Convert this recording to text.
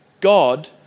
God